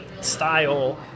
style